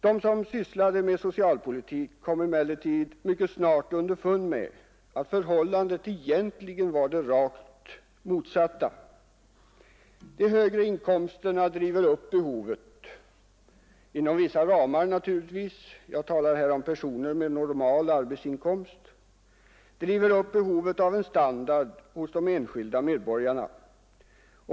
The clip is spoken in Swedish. De som sysslade med socialpolitik kom emellertid mycket snart underfund med att förhållandet egentligen var det rakt motsatta. De högre inkomsterna driver upp behovet — inom vissa ramar naturligtvis; jag talar här om personer med normal arbetsinkomst — av en standard hos de enskilda människorna.